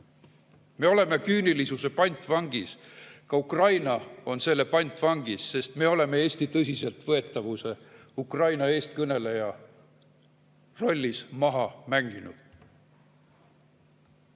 Me oleme küünilisuse pantvangis, ka Ukraina on selle pantvangis, sest me oleme Eesti tõsiseltvõetavuse Ukraina eestkõneleja rollis maha